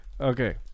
okay